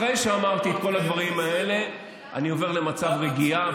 אחרי שאמרתי את כל הדברים האלה אני עובר למצב רגיעה,